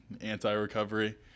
anti-recovery